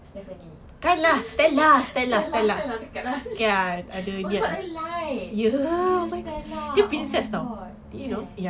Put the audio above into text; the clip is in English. stephanie stella stella dekat lah oh sebab dia light oh stella oh my god eh